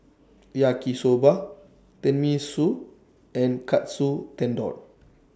Yaki Soba Tenmusu and Katsu Tendon